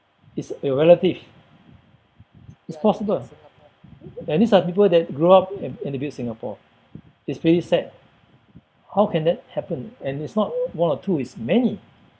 is your relative it's possible and these are the people that grew up and they they built Singapore it's pretty sad how can that happen and it's not one or two it's many